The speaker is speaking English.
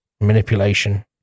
manipulation